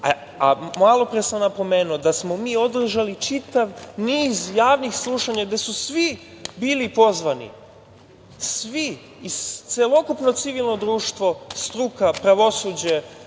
Malopre sam napomenuo da smo održali čitav niz javnih slušanja gde su svi bili pozvani, svi, celokupno civilno društvo, struka, pravosuđe,